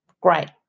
Great